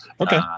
Okay